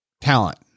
talent